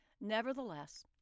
Nevertheless